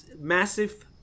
massive